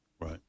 Right